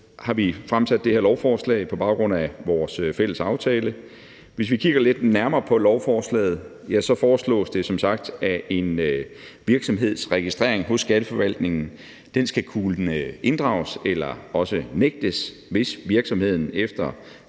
aftale fremsat det her lovforslag. Hvis vi kigger lidt nærmere på lovforslaget, foreslås det som sagt, at en virksomheds registrering hos Skatteforvaltningen skal kunne inddrages eller nægtes, hvis virksomheden efter